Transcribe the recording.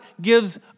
gives